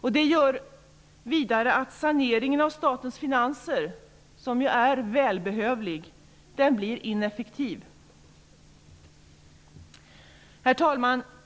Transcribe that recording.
Detta medför vidare att den sanering av statens finanser som är välbehövlig blir ineffektiv. Herr talman!